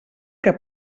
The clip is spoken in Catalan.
que